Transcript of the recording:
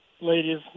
ladies